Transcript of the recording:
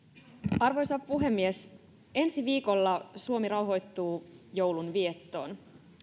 arvoisa puhemies ensi viikolla suomi rauhoittuu joulun viettoon